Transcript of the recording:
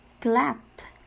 clapped